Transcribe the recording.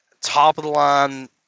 top-of-the-line